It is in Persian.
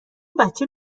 بچه